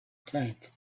tank